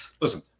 Listen